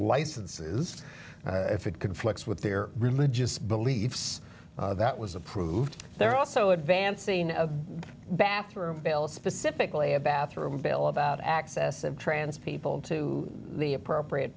licenses if it conflicts with their religious beliefs that was approved there also advancing of the bathroom bill specifically a bathroom bill about access of trans people to the appropriate